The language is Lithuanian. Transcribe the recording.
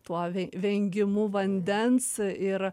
tuo ve vengimu vandens ir